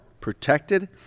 protected